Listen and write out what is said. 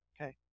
Okay